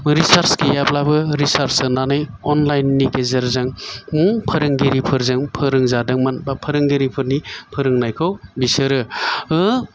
recharge गैयाब्लाबो recharge सोनानै online नि गेजेरजों फोरोंगिरिफोरजों फोरोंजादोंमोन बा फोरोंगिरिफोरनि फोरोंनायखौ बिसोरो